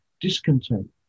Discontent